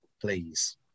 please